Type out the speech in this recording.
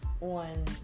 on